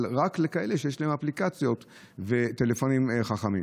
אבל רק לכאלה שיש להם אפליקציות וטלפונים חכמים.